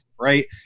right